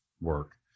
work